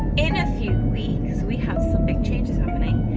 in a few weeks, we have some big changes happening